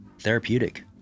therapeutic